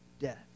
death